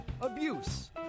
abuse